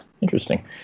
Interesting